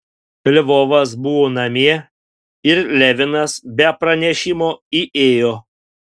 lvovas buvo namie ir levinas be pranešimo įėjo